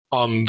on